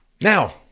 Now